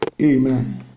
Amen